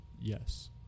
yes